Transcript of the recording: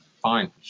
fine